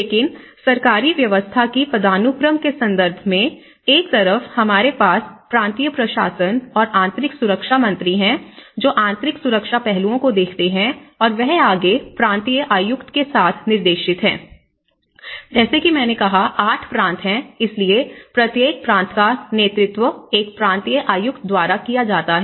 लेकिन सरकारी व्यवस्था की पदानुक्रम के संदर्भ में एक तरफ हमारे पास प्रांतीय प्रशासन और आंतरिक सुरक्षा मंत्री हैं जो आंतरिक सुरक्षा पहलुओं को देखते हैं और वह आगे प्रांतीय आयुक्त के साथ निर्देशित हैं जैसे कि मैंने कहा 8 प्रांत है इसलिए प्रत्येक प्रांत का नेतृत्व एक प्रांतीय आयुक्त द्वारा किया जाता है